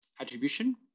attribution